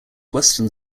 western